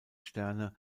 sterne